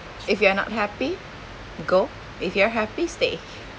if you are not happy go if you're happy stay